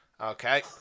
Okay